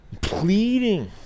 pleading